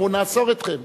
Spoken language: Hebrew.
אמרו: נאסור אתכם.